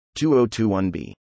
2021b